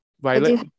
Violet